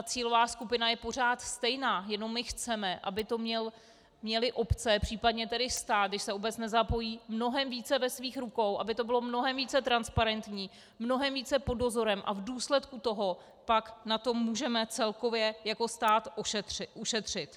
Cílová skupina je pořád stejná, jenom chceme, aby to měly obce, případně stát, když se obec nezapojí, mnohem více ve svých rukou, aby to bylo mnohem více transparentní, mnohem více pod dozorem, a v důsledku toho pak na tom můžeme celkově jako stát ušetřit.